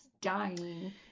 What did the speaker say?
dying